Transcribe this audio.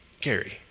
Gary